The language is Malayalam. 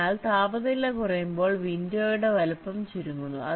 അതിനാൽ താപനില കുറയുമ്പോൾ വിൻഡോയുടെ വലുപ്പം ചുരുങ്ങുന്നു